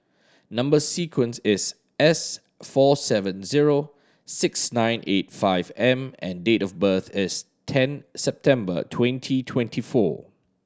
number sequence is S four seven zero six nine eight five M and date of birth is ten September twenty twenty four